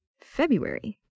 February